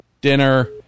dinner